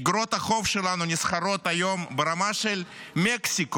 איגרות החוב שלנו נסחרות היום ברמה של מקסיקו,